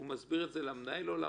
האם הוא מסביר את זה למנהל או לרשם?